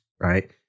right